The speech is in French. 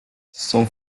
son